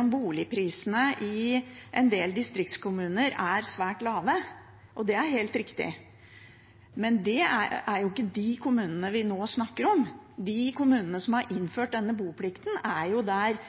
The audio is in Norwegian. om boligprisene i en del distriktskommuner er svært lave, og det er helt riktig. Men det er ikke de kommunene vi nå snakker om. De kommunene som har innført boplikt, er jo de som får en eksplosjon i prisnivået på fritidseiendommer, og der